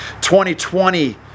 2020